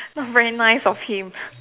not very nice of him